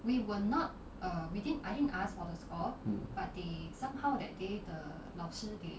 mm